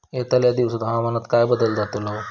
यतल्या दिवसात हवामानात काय बदल जातलो?